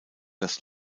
das